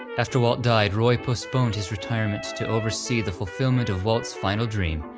after walt died, roy postponed his retirement to oversee the fulfillment of walt's final dream,